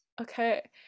Okay